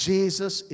Jesus